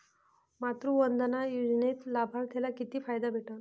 मातृवंदना योजनेत लाभार्थ्याले किती फायदा भेटन?